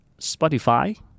Spotify